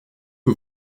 que